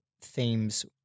themes